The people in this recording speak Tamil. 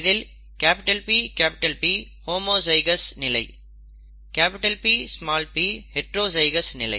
இதில் PP ஹோமோஜைகௌஸ் நிலை Pp ஹைட்ரோஜைகௌஸ் நிலை